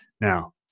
Now